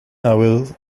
hours